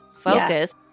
focus